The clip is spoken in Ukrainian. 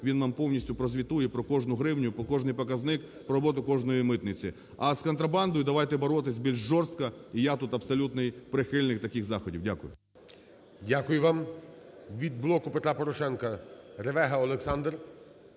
він вам постійно про кожну гривню, про кожний показник, про роботу кожної митниці. А з контрабандою давайте боротись більш жорстко, і я тут абсолютний прихильник таких заходів. Дякую. ГОЛОВУЮЧИЙ. Дякую вам. Від "Блоку Петра Порошенка" Ревега Олександр.